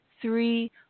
three